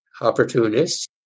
opportunists